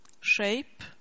shape